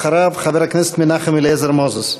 אחריו, חבר הכנסת מנחם אליעזר מוזס.